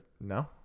No